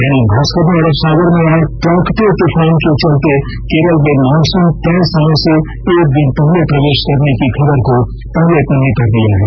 दैनिक भास्कर ने अरब सागर में आए तोकते तूफान के चलते केरल में मॉनसून तय समय से एक दिन पहले प्रवेश करने की खबर को पहले पन्ने पर लिया है